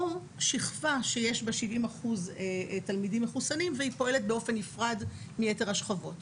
או שכבה שיש בה 70% תלמידים מחוסנים והיא פועלת באופן נפרד מיתר השכבות.